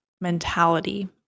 mentality